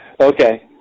Okay